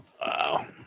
Wow